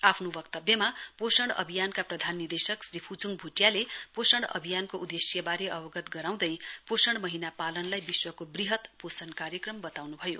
आफ्नो वक्तव्यमा पोषण अभियानका प्रधान निदेशक श्री फुचुङ भुटियाले पोषण अभियानको उदेश्यवारे अवगत गराउँदै पोषण महीना पालनलाई विश्वको वृहत पोषण कार्यक्रम वताउनु भयो